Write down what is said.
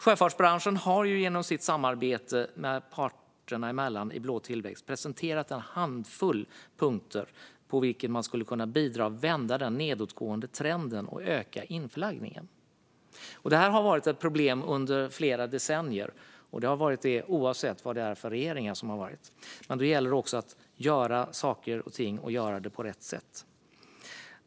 Sjöfartsbranschen har genom sitt samarbete parterna emellan inom Blå tillväxt presenterat en handfull punkter genom vilka man skulle kunna bidra till en vändning av den nedåtgående trenden och öka inflaggningen. Detta har varit ett problem under flera decennier, och det har varit det oavsett vilken regering som har suttit. Det gäller att göra saker och ting och att göra dem på rätt sätt.